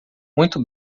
muito